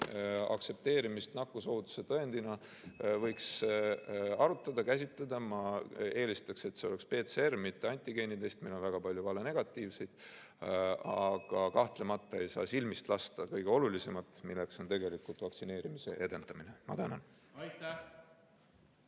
aktsepteerimist nakkusohutuse tõendina võiks arutada. Ma eelistaks, et see oleks PCR‑test, mitte antigeenitest, kuna sellel on väga palju valenegatiivseid. Aga kahtlemata ei saa silmist lasta kõige olulisemat, milleks on tegelikult vaktsineerimise edendamine. Ma tänan!